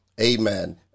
amen